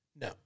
No